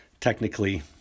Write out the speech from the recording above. Technically